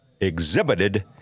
exhibited